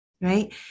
right